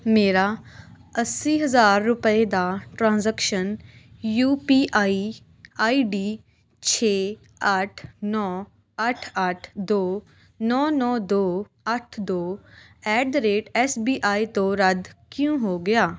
ਮੇਰਾ ਅੱਸੀ ਹਜ਼ਾਰ ਰੁਪਏ ਦਾ transaction U P I I D ਛੇ ਅੱਠ ਨੌ ਅੱਠ ਅੱਠ ਦੋ ਨੌ ਨੌ ਦੋ ਅੱਠ ਦੋ at the rate S B I ਤੋਂ ਰੱਦ ਕਿਉਂ ਹੋ ਗਿਆ